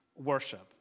Worship